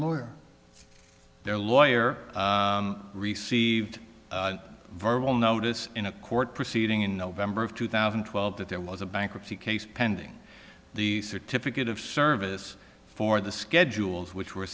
more their lawyer received verbal notice in a court proceeding in november of two thousand and twelve that there was a bankruptcy case pending the certificate of service for the schedules which were